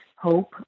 hope